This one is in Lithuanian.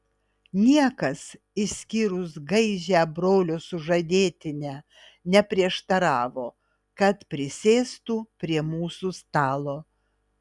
niekas išskyrus gaižią brolio sužadėtinę neprieštaravo kad prisėstų prie mūsų stalo